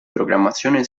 programmazione